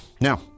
Now